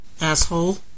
Asshole